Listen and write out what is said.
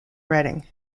reading